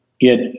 get